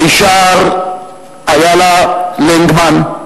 מישר איליה לנגמן,